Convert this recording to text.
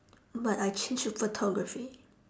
but I changed to photography